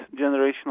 generational